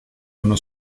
uno